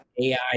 AI